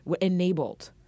enabled